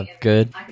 Good